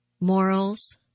morals